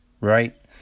right